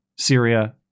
Syria